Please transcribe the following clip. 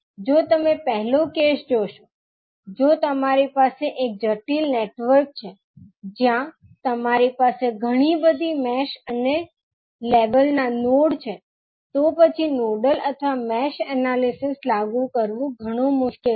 જો તમે પહેલો કેસ જોશો જો તમારી પાસે એક જટિલ નેટવર્ક છે જ્યાં તમારી પાસે ઘણી બધી મેષ અને લેવલ ના નોડ છે તો પછી નોડલ અથવા મેશ એનાલિસિસ લાગુ કરવું થોડું મુશ્કેલ થશે